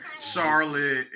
Charlotte